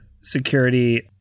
security